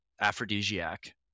aphrodisiac